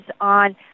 on